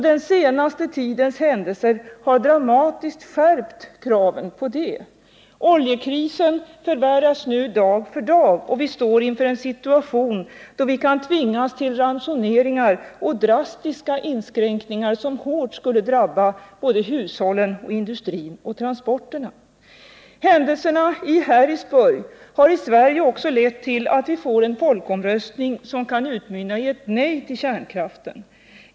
Den senaste tidens händelser har dramatiskt skärpt dessa krav. Oljekrisen förvärras nu dag för dag, och vi står inför en situation då vi kan tvingas till ransoneringar och drastiska inskränkningar som hårt skulle drabba såväl hushållen och industrin som transporterna. Händelserna i Harrisburg har i Sverige också lett till att vi får en folkomröstning som kan utmynna i ett nej till kärnkraften.